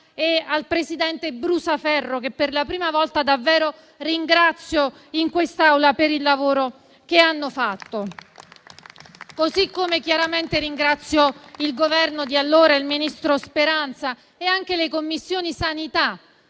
e al suo presidente Brusaferro, che per la prima volta davvero ringrazio in quest'Aula per il lavoro che hanno fatto. Così come chiaramente ringrazio il Governo di allora, il ministro Speranza e anche le Commissioni sanità,